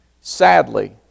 sadly